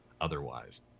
otherwise